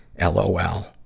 LOL